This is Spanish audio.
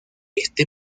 este